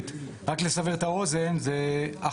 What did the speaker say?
למשרד החקלאות את התוכניות שלנו לגבי